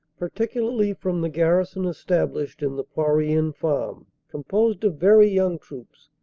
particularly from the garrison established in the poirien farm, composed of very young troops,